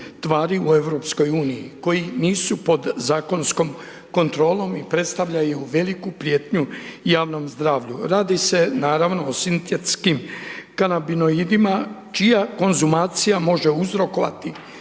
u EU koji nisu pod zakonskom kontrolom i predstavljaju veliku prijetnju javnom zdravlju. Radi se, naravno, o sintetskim kanabinoidima čija konzumacija može uzrokovati